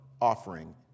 offering